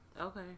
Okay